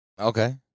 Okay